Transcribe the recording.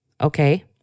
okay